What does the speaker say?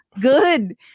good